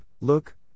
look